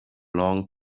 long